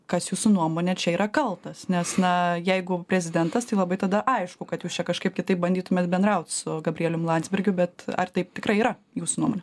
kas jūsų nuomone čia yra kaltas nes na jeigu prezidentas tai labai tada aišku kad jūs čia kažkaip kitaip bandytumėt bendraut su gabrielium landsbergiu bet ar taip tikrai yra jūsų nuomone